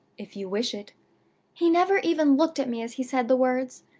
if you wish it he never even looked at me as he said the words.